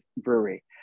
brewery